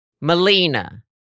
Melina